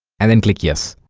and then click yes